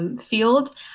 field